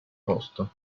posto